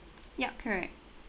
yup correct